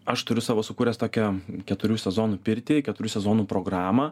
aš turiu savo sukūręs tokią keturių sezonų pirtį keturių sezonų programą